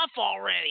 already